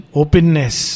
openness